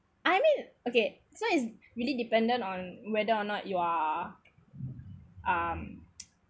I mean okay so is really dependent on whether or not you are um